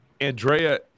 andrea